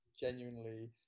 genuinely